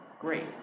great